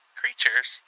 creatures